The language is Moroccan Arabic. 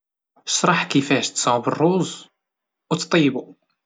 شرح كفاش تصايب الروز او تطيبو